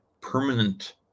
permanent